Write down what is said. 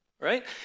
right